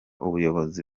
ubuyobozi